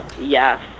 yes